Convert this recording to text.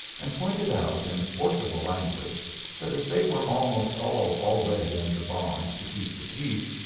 and pointed out in forcible language that as they were almost all already under bonds to keep the peace,